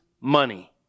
money